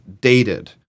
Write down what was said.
dated